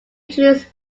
introduced